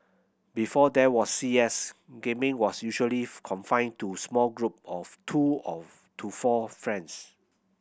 before there was C S gaming was usually confined to small group of two of to four friends